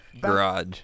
Garage